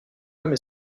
comme